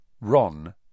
Ron